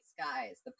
Skies